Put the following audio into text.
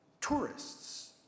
tourists